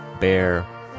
bear